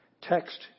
Text